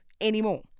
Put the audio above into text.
anymore